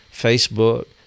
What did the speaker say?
Facebook